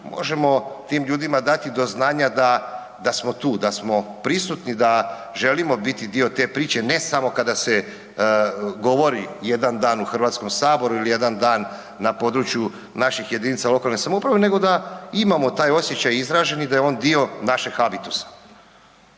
možemo tim ljudima dati do znanja da, da smo tu, da smo prisutni, da želimo biti dio te priče, ne samo kada se govori jedan dan u HS ili jedan dan na području naših JLS-ova nego da imamo taj osjećaj izražen i da je on dio našeg habitusa.